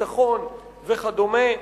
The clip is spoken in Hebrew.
ביטחון וכדומה,